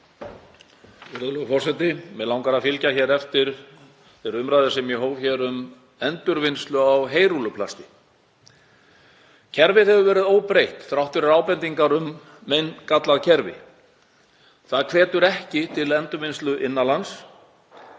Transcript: þeirri umræðu sem ég hóf hér um endurvinnslu á heyrúlluplasti. Kerfið hefur verið óbreytt þrátt fyrir ábendingar um meingallað kerfi. Það hvetur ekki til endurvinnslu innan lands